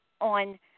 on